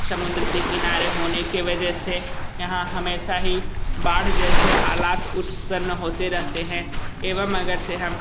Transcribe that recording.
समुद्र के किनारे होने के वजह से यहाँ हमेशा ही बाढ़ जैसे हालात उत्पन्न होते रहते हैं एवं अगर से हम